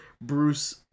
Bruce